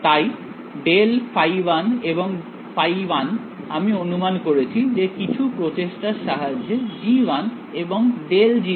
তাই ∇ϕ1 এবং ϕ1 আমি অনুমান করেছি যে কিছু প্রচেষ্টার সাহায্যে g1 এবং ∇g1 আমি হিসেব করেছি